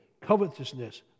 covetousness